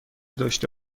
داشته